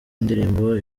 indirimbo